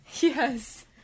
yes